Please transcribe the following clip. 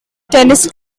tennis